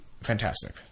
fantastic